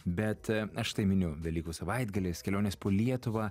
bet aš tai miniu velykų savaitgalis kelionės po lietuvą